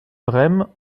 brême